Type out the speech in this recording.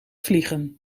vliegen